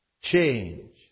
change